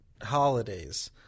Holidays